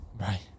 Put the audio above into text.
Right